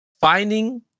Finding